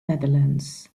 netherlands